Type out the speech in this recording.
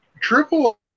Triple